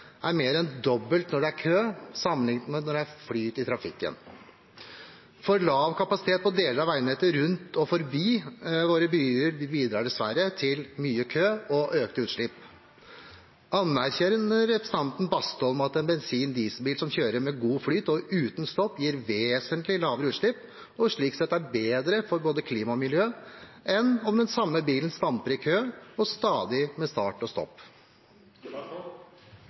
er mer enn det dobbeltes når det er kø sammenliknet med når det er flyt i trafikken. For lav kapasitet på deler av veinettet rundt og forbi våre byer bidrar dessverre til mye kø og økte utslipp. Anerkjenner representanten Bastholm at en bensin- eller dieselbil som kjører med god flyt og uten stopp, gir vesentlig lavere utslipp, og slik sett er bedre for både klimaet og miljøet enn om den samme bilen stamper i kø med stadig start og